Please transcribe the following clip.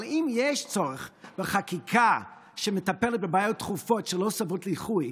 אבל אם יש צורך בחקיקה שמטפלת בבעיות דחופות שלא סובלות דיחוי,